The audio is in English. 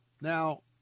Now